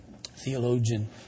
theologian